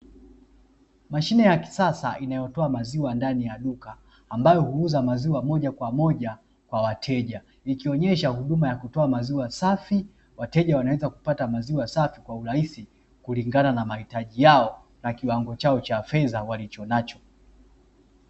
Mashine ya kisasa inayotoa maziwa ndani ya duka, ambayo huuza maziwa moja kwa moja kwa wateja, ikionyesha huduma ya kutoa maziwa safi; wateja wanaweza kupata maziwa safi kwa urahisi, kulingana na mahitaji yao na kiwango chao cha fedha walichonacho.